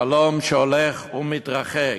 חלום שהולך ומתרחק.